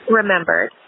remembered